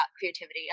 creativity